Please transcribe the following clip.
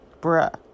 bruh